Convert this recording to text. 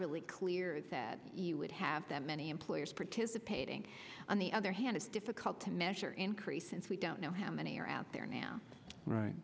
really clear that you would have that many employers participating on the other hand it's difficult to measure increase since we don't know how many are out there now right